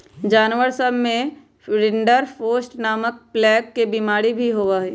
जानवर सब में रिंडरपेस्ट नामक प्लेग के बिमारी भी होबा हई